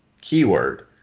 keyword